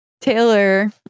Taylor